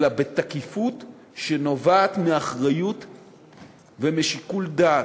אלא בתקיפות שנובעת מאחריות ומשיקול דעת.